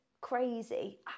crazy